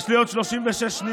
יש לי עוד 36 שניות.